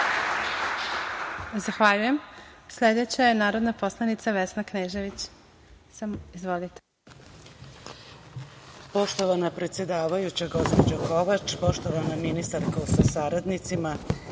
Zahvaljujem. Sledeća je narodna poslanica Vesna Knežević.